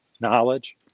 knowledge